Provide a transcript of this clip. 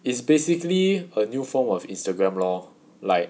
is basically a new form of Instagram lor like